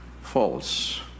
false